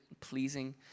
pleasing